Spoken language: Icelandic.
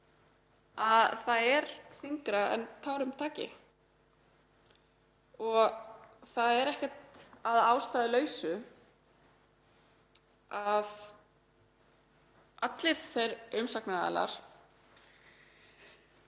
að það er þyngra en tárum taki. Það er ekkert að ástæðulausu að allir þessir umsagnaraðilar,